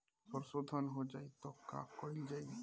सरसो धन हो जाई त का कयील जाई?